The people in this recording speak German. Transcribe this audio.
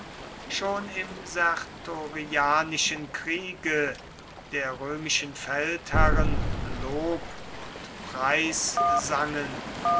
schon im sertorianischen kriege der römischen feldherren lob und preis sangen